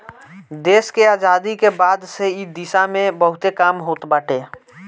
देस के आजादी के बाद से इ दिशा में बहुते काम होत बाटे